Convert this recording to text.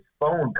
phone